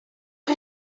chi